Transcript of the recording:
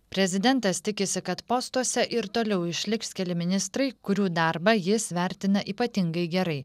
prezidentas tikisi kad postuose ir toliau išliks keli ministrai kurių darbą jis vertina ypatingai gerai